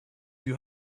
you